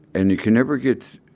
and you can never get